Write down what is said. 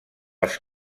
els